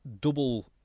double